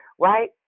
right